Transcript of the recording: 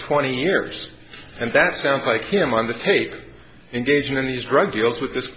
twenty years and that sounds like him on the tape engaging in these drug deals with th